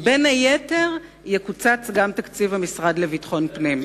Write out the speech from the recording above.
בין היתר יקוצץ גם תקציב המשרד לביטחון פנים.